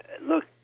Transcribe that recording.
look